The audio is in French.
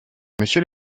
monsieur